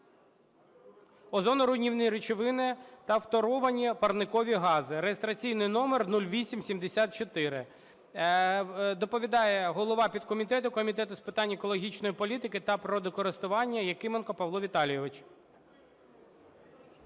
озоноруйнівні речовини та фторовані парникові гази (реєстраційний номер 0874). Доповідає голова підкомітету Комітету з питань екологічної політики та природокористування Якименко Павло Віталійович.